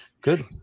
Good